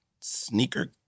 sneaker